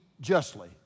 justly